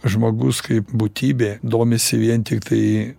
žmogus kaip būtybė domisi vien tiktai